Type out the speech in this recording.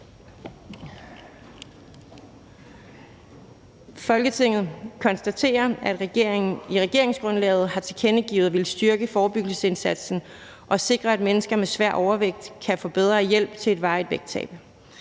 »Folketinget konstaterer, at regeringen i regeringsgrundlaget har tilkendegivet at ville styrke forebyggelsesindsatsen og sikre, at mennesker med svær overvægt kan få bedre hjælp til et varigt vægttab.